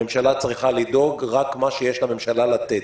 הממשלה צריכה לדאוג רק מה שיש לממשלה לתת.